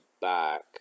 back